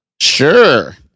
Sure